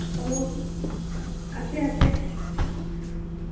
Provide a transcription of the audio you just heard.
অঁ আছে আছে